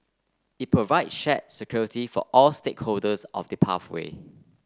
it provide shared security for all stakeholders of the pathway